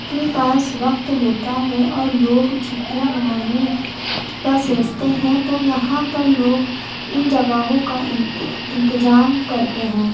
کے پاس وقت ہوتا ہے اور لوگ چھٹیاں منانے کا سوچتے ہیں تو یہاں پر لوگ ان جگہوں کا انتظام کرتے ہیں